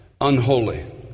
unholy